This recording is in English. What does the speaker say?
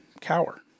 cower